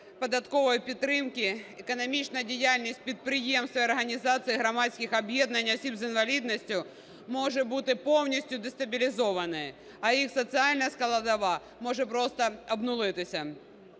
податкової підтримки економічна діяльність підприємств і організацій громадських об'єднань осіб з інвалідністю може бути повністю дестабілізована, а їх соціальна складова може просто обнулитися.